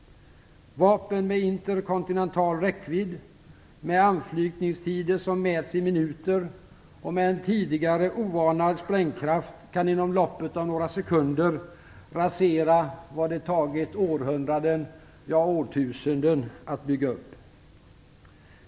Vapen med interkontinental räckvidd, med anflygningstider som mäts i minuter och med en tidigare oanad sprängkraft kan inom loppet av några sekunder rasera vad det tagit århundraden, ja, årtusenden att bygga upp.